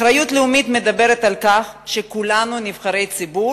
אחריות לאומית מדברת על כך שכולנו נבחרי ציבור,